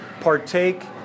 partake